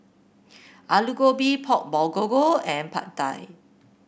Alu Gobi Pork Bulgogi and Pad Thai